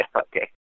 okay